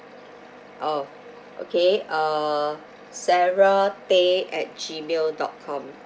oh okay uh sarah tay at Gmail dot com